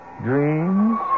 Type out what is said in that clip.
dreams